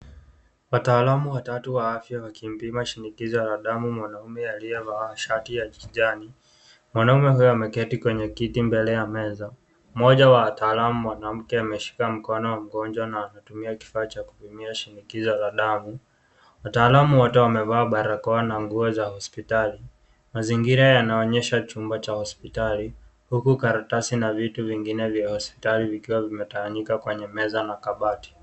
Wataalamu watatu wa afya wakimpima shinikizo la damu mwanamume aliyevaa sharti ya kijani. Mwanamume huyo ameketi kwenye kiti mbele ya meza. Moja wa wataalamu mwanamke ameshika mkono wa mgonjwa na anatumia kifaa cha kupimia shinikizo la damu. Wataalamu wote wamevaa barakoa na nguo za hospitali. Mazingira yanaonyesha chumba cha hospitali. Huku karatasi ina vitu vingine vya hospitali vikiwa zimetawanyika kwenye meza na kabati.